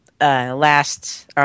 last